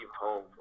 home